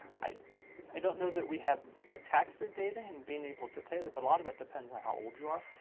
i i don't know that we have spectacular data in being able to tell you, but a lot of it depends on how old you are.